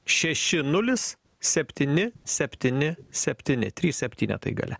šeši nulis septyni septyni septyni trys septynetai gale